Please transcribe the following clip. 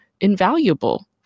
invaluable